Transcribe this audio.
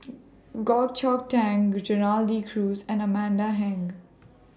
Goh Chok Tong Gerald De Cruz and Amanda Heng